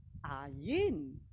AYIN